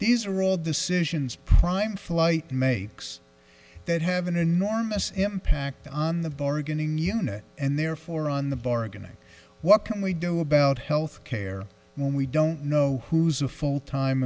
these are all decisions prime flight makes that have an enormous impact on the bargaining unit and therefore on the bargaining what can we do about health care when we don't know who's a full time